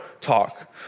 talk